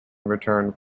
return